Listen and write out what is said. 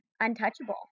untouchable